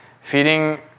feeding